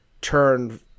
turn